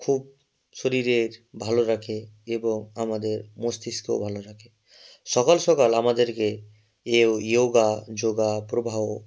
খুব শরীরের ভালো রাখে এবং আমাদের মস্তিষ্কও ভালো রাখে সকাল সকাল আমাদেরকে এ ইয়োগা যোগা প্রবাহ